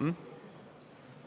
Ja